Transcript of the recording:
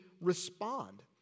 respond